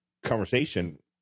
conversation